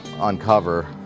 uncover